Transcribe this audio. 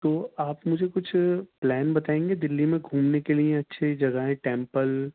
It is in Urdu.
تو آپ مجھے کچھ پلان بتائیں گے دلّی میں گھومنے کے لئے اچھے جگہیں ٹیمپل